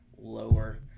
lower